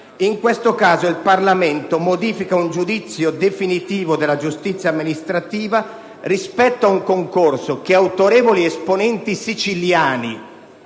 In questo caso il Parlamento modifica un giudizio definitivo della giustizia amministrativa rispetto ad un concorso di cui autorevoli esponenti siciliani